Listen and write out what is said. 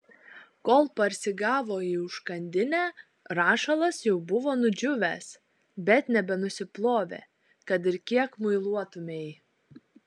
kol parsigavo į užkandinę rašalas jau buvo nudžiūvęs bet nebenusiplovė kad ir kiek muiluotumei